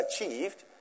achieved